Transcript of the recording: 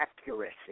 accuracy